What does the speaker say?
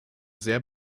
sehr